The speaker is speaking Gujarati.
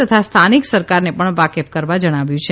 તથા સ્થાનિક સરકારને પણ વાકેફ કરવા જણાવ્યું છે